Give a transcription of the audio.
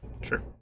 Sure